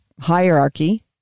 hierarchy